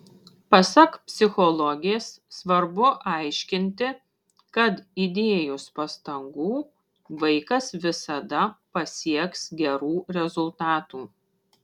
pasak psichologės svarbu aiškinti kad įdėjus pastangų vaikas visada pasieks gerų rezultatų